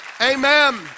amen